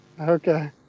Okay